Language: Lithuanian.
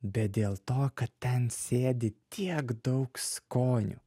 bet dėl to kad ten sėdi tiek daug skonių